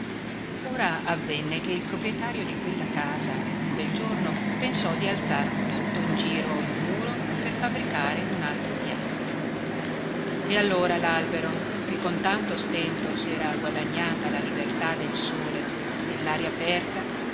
ora avvenne che il proprietario di quella casa un bel giorno pensò di alzar tutto in giro il muro per fabbricare un altro piano e allora lalbero che con tanto stento si era guadagnata la libertà del sole dellaria aperta